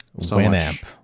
Winamp